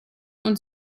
und